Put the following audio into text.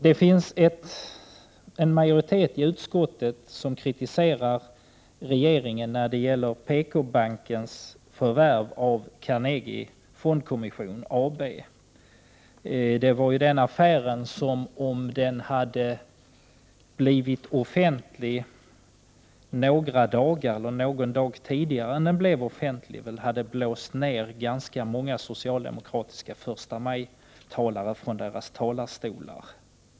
Det finns en majoritet i utskottet för kritik av regeringen när det gäller PKbankens förvärv av Carnegie Fondkommission AB. Den affären skulle, om den hade blivit offentlig någon dag tidigare än vad som skedde, ha blåst ner ganska många socialdemokratiska förstamajtalare från deras talarstolar.